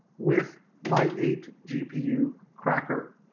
with my eight gpu cracker.